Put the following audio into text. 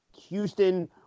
Houston